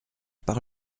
par